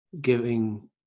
giving